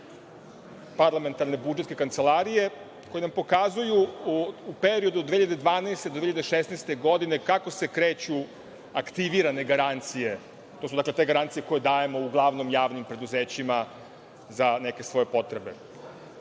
parlamentarne budžetske kancelarije, koji nam pokazuju u periodu od 2012. do 2016. godine kako se kreću aktivirane garancije. Dakle, to su te garancije koje dajemo uglavnom javnim preduzećima za neke svoje potrebe. Recimo,